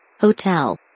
Hotel